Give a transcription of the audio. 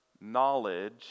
knowledge